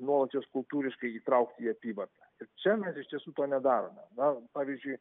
nuolat juos kultūriškai įtraukti į apyvartą ir čia mes iš tiesų to nedarome na pavyzdžiui